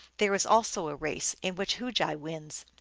there is also a race, in which hugi wins,